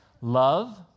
Love